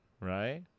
Right